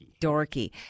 Dorky